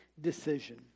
decision